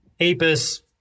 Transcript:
apis